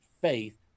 faith